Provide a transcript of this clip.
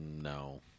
No